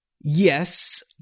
yes